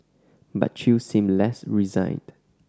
but Chew seemed less resigned